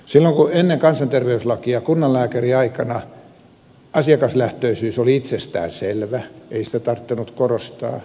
silloin ennen kansanterveyslakia kunnanlääkäriaikana asiakaslähtöisyys oli itsestäänselvää ei sitä tarvinnut korostaa